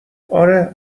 آره